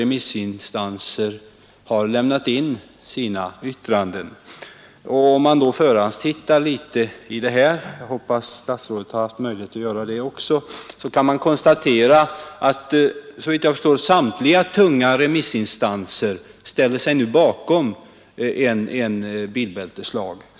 Om man förhandstittar litet i de yttranden som kommit in — jag hoppas att statsrådet har haft möjlighet att göra det också så kan man konstatera att, såvitt jag förstår, samtliga tunga remissinstanser nu ställer sig bakom en bilbälteslag.